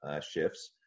Shifts